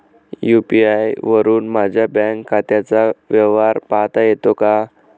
UPI वरुन माझ्या bank खात्याचा व्यवहार पाहता येतो का?